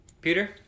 Peter